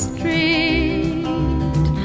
Street